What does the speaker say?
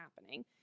happening